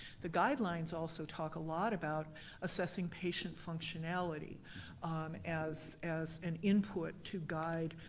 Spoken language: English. the guidelines also talk a lot about assessing patient functionality as as an input to guide